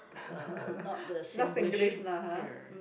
uh not the Singlish uh